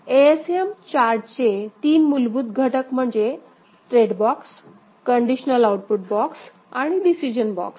ASM चार्टचे तीन मूलभूत घटक म्हणजे state box conditional output box आणि डिसिजन बॉक्स